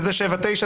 וזה שבע ותשע,